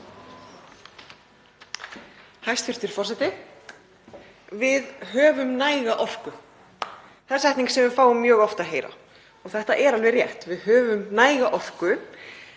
Hæstv. forseti. Við höfum næga orku. Það er setning sem við fáum mjög oft að heyra. Og það er alveg rétt, við höfum næga orku